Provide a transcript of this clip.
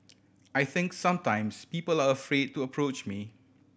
I think sometimes people are afraid to approach me